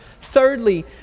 Thirdly